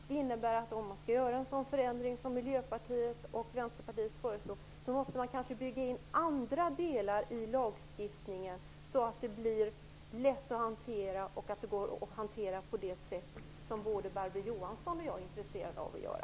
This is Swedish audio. Det innebär att om man skall göra en sådan förändring som Miljöpartiet och Vänsterpartiet föreslår, måste man kanske bygga in andra delar i lagstiftningen, så att detta blir lätt att hantera och möjligt att hantera på ett sådant sätt som både Barbro Johansson och jag är intresserade av att göra.